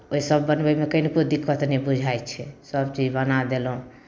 ओसभ बनबैमे कनिको दिक्कत नहि बुझाइ छै सभचीज बना देलहुँ